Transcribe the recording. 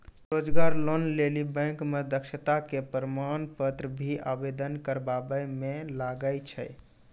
रोजगार लोन लेली बैंक मे दक्षता के प्रमाण पत्र भी आवेदन करबाबै मे लागै छै?